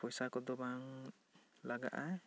ᱯᱚᱭᱥᱟ ᱠᱚ ᱫᱚ ᱵᱟᱝ ᱞᱟᱜᱟᱜᱼᱟ